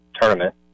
tournament